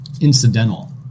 incidental